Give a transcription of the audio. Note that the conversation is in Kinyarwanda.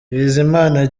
bizimana